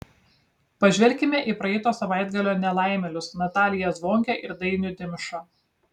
pažvelkime į praeito savaitgalio nelaimėlius nataliją zvonkę ir dainių dimšą